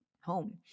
home